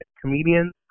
comedians